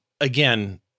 Again